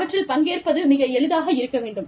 அவற்றில் பங்கேற்பது மிக எளிதாக இருக்க வேண்டும்